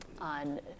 on